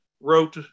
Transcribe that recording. wrote